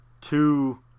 two